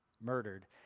murdered